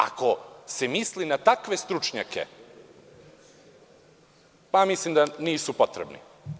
Ako se misli na takve stručnjake, mislim da nisu potrebni.